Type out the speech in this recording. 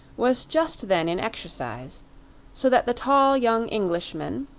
was just then in exercise so that the tall young englishman,